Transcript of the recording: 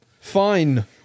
fine